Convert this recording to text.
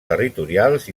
territorials